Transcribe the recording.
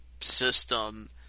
system